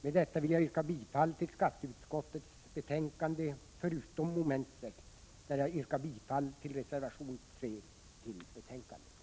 Med detta vill jag yrka bifall till skatteutskottets hemställan förutom när det gäller mom. 6, där jag yrkar bifall till reservation 3 i betänkandet.